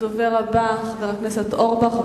הדובר הבא, חבר הכנסת אורבך.